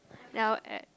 now add